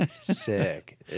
sick